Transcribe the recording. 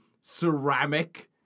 ceramic